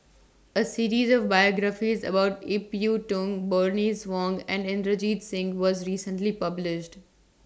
A series of biographies about Ip Yiu Tung Bernice Wong and Inderjit Singh was recently published